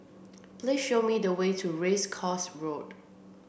please show me the way to Race Course Road